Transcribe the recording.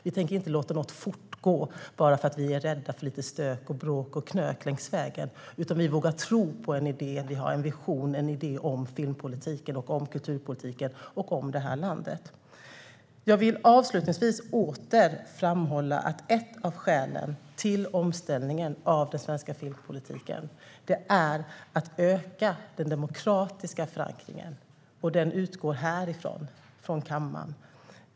Vi tänker inte låta något fortgå bara för att vi är rädda för lite stök, bråk och knök längs vägen, utan vi vågar tro på den idé och vision som vi har om filmpolitiken, om kulturpolitiken och om det här landet. Avslutningsvis vill jag åter framhålla att ett av skälen till omställningen av den svenska filmpolitiken är att öka den demokratiska förankringen, och den utgår härifrån kammaren.